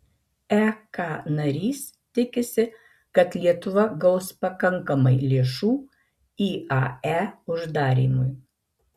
ek narys tikisi kad lietuva gaus pakankamai lėšų iae uždarymui